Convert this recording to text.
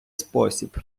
спосіб